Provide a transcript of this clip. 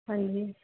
ਹਾਂਜੀ